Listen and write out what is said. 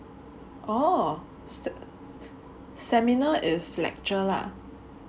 oh sem~ seminar is lecture lah